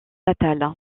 natale